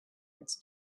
its